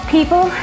People